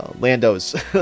Lando's